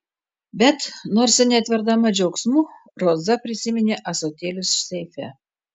bet nors ir netverdama džiaugsmu roza prisiminė ąsotėlius seife